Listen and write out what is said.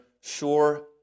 sure